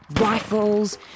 rifles